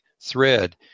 thread